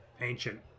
ancient